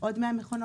עוד 100 מכונות.